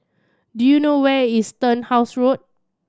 do you know where is Turnhouse Road